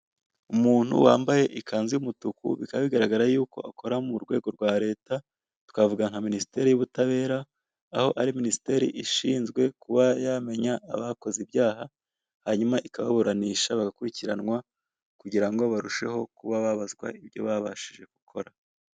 Umuntu wambaye ikanzu y'umutuku bikaba bigaragara yuko akora mu rwego rwa leta, twavuga nka minisiteri y'ubutabera, aho ari minisiteri ishinzwe kuba yamenya abakoze ibyaha, hanyuma ikababuranisha bagakurikiranwa kugira ngo barusheho kuba babazwa ibyo babashije gukora.